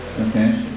Okay